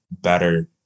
better